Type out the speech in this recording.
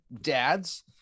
dads